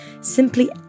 simply